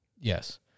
Yes